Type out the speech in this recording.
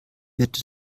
wird